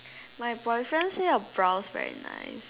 my boyfriend say your blouse very nice